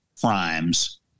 crimes